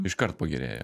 iškart pagerėja